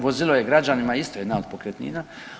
Vozilo je građanima isto jedna od pokretnina.